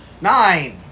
Nine